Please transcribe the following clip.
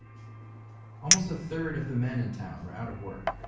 almost a third of the men in town were out of work.